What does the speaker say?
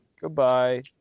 goodbye